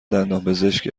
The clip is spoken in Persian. دندانپزشک